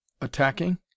attacking